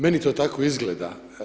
Meni to tako izgleda.